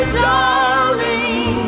darling